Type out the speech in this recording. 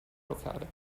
locale